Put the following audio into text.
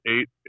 eight –